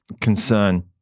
concern